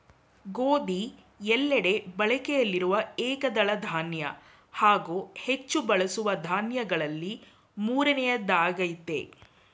ಗೋಧಿ ಎಲ್ಲೆಡೆ ಬಳಕೆಯಲ್ಲಿರುವ ಏಕದಳ ಧಾನ್ಯ ಹಾಗೂ ಹೆಚ್ಚು ಬಳಸುವ ದಾನ್ಯಗಳಲ್ಲಿ ಮೂರನೆಯದ್ದಾಗಯ್ತೆ